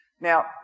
Now